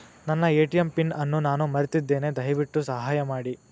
ನನ್ನ ATM PIN ಅನ್ನು ನಾನು ಮರೆತಿದ್ದೇನೆ, ದಯವಿಟ್ಟು ಸಹಾಯ ಮಾಡಿ